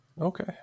Okay